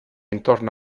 intorno